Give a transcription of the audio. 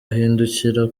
ahindukira